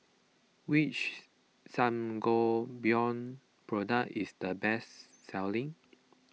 which Sangobion product is the best selling